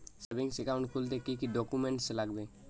Savings account খুলতে কি কি ডকুমেন্টস লাগবে?